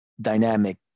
dynamic